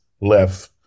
left